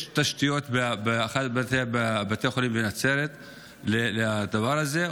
יש תשתיות באחד מבתי חולים בנצרת לדבר הזה.